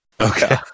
okay